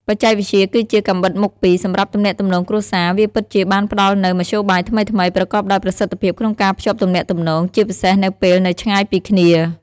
បច្ចេកវិទ្យាគឺជា កាំបិតមុខពីរ សម្រាប់ទំនាក់ទំនងគ្រួសារ វាពិតជាបានផ្ដល់នូវ មធ្យោបាយថ្មីៗ ប្រកបដោយប្រសិទ្ធភាពក្នុងការភ្ជាប់ទំនាក់ទំនង ជាពិសេសនៅពេលនៅឆ្ងាយពីគ្នា។